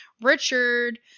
Richard